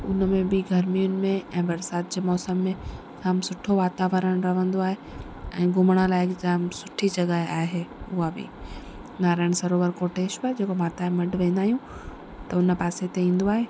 हुन में बि गर्मियुनि में ऐं बरसाति जे मौसम में जाम सुठो वातावरणु रहंदो आहे ऐं घुमण लाइ बि जाम सुठी जॻह आहे उहा बि नारायण सरोवर कोटेश्वर जे को माता जो मढ वेंदा आहियूं त हुन पासे ते ईंदो आहे